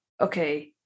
okay